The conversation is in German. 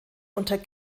unter